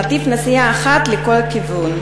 נתיב נסיעה אחד לכל כיוון,